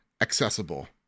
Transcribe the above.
accessible